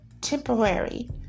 temporary